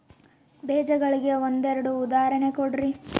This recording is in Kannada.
ಬೇಜಗಳಿಗೆ ಒಂದೆರಡು ಉದಾಹರಣೆ ಕೊಡ್ರಿ?